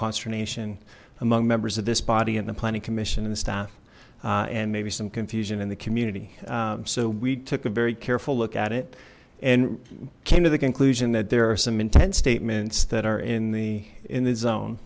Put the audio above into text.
consternation among members of this body and the planning commission and the staff and maybe some confusion in the community so we took a very careful look at it and came to the conclusion that there are some intent statements that are in the in